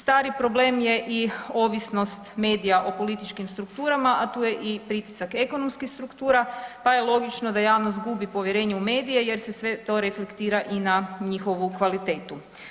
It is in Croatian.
Stari problem je i ovisnost medija o političkim strukturama, a tu je i pritisak ekonomskih struktura pa je logično da javnost gubi povjerenje u medije jer se sve to reflektira i na njihovu kvalitetu.